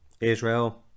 israel